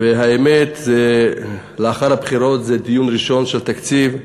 והאמת, לאחר הבחירות זה דיון ראשון של תקציב.